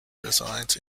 resides